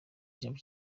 ijambo